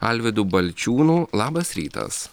alvydu balčiūnu labas rytas